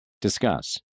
Discuss